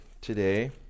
today